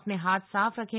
अपने हाथ साफ रखें